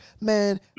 Man